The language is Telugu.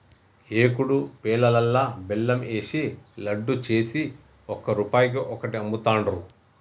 ఏకుడు పేలాలల్లా బెల్లం ఏషి లడ్డు చేసి ఒక్క రూపాయికి ఒక్కటి అమ్ముతాండ్రు